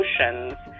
emotions